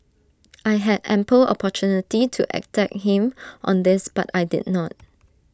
I had ample opportunity to attack him on this but I did not